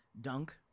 dunk